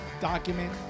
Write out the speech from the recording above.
Document